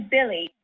Billy